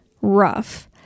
rough